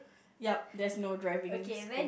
ya there's no driving